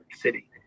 City